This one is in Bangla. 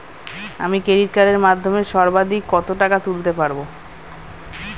আমি ক্রেডিট কার্ডের মাধ্যমে সর্বাধিক কত টাকা তুলতে পারব?